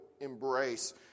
embrace